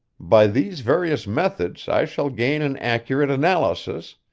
by these various methods i shall gain an accurate analysis,